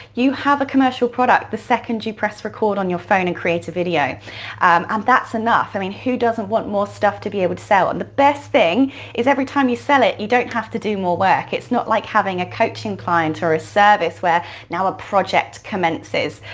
you have a commercial product the second you press record on your phone and create a video and um that's enough. i mean who doesn't want more stuff to be able to sell, and the best thing is every time you sell it, you don't have to do more work. it's not like having a coaching client or a service where now a project commences.